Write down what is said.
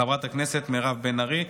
חברת הכנסת מירב בן ארי.